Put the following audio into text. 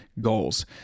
goals